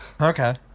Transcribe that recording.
Okay